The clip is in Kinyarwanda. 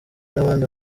n’abandi